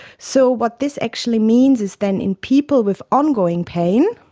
so what this actually means is then in people with ongoing pain,